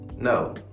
No